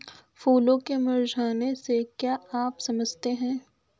फूलों के मुरझाने से क्या आप समझते हैं?